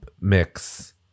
mix